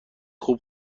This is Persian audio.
خوب